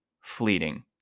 fleeting